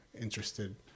interested